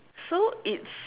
so it's